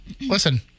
listen